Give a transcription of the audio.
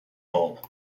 bulb